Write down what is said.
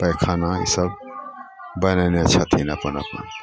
पैखाना ईसब बनेने छथिन अपन अपन